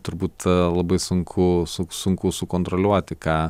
turbūt labai sunku sunku sukontroliuoti ką